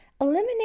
eliminate